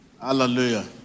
Hallelujah